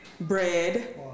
bread